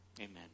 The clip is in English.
Amen